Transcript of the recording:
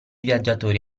viaggiatori